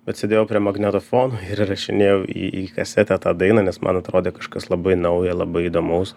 bet sėdėjau prie magnetofono ir įrašinėjau į į kasetę tą dainą nes man atrodė kažkas labai nauja labai įdomaus